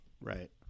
Right